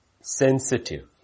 sensitive